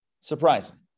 surprising